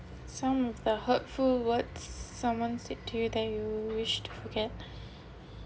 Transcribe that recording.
some of the hurtful words someone said to you that you wish to forget